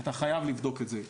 אתה חייב לבדוק את זה.